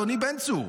אדוני, בן צור,